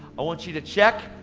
i want you to check,